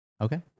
Okay